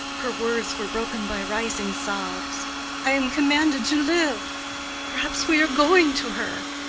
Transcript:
her words were broken by rising sobs i am commanded to live perhaps we are going to her.